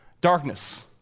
darkness